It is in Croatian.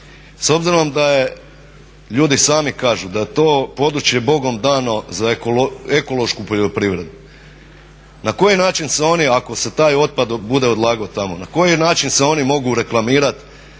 S obzirom da ljudi sami kažu da je to područje Bogom dano za ekološku poljoprivredu, na koji način se oni ako se taj otpad bude odlagao tamo, na koji način se oni mogu reklamirati